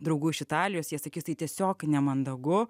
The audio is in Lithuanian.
draugų iš italijos jie sakys tai tiesiog nemandagu